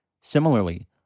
Similarly